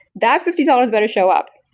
that fifty dollars better show up.